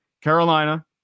Carolina